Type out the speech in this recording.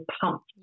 pumped